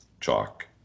chalk